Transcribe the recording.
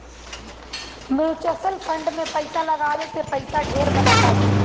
mutual fund में पईसा लगावे से पईसा ढेर बनत हवे